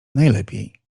najlepiej